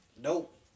Nope